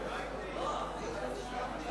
נתקבל.